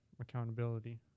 accountability